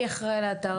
מי אחראי על האתר?